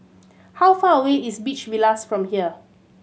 how far away is Beach Villas from here